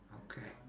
okay